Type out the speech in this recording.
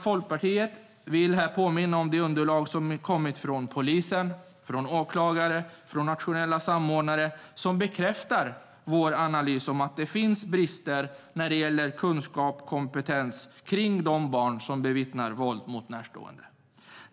Folkpartiet vill här påminna om det underlag som kommit från polisen, åklagare och nationella samordnaren som bekräftar vår analys att det finns brister när det gäller kunskap och kompetens om de barn som bevittnar våld mot närstående.